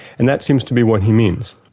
and that seems to be what he means.